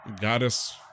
goddess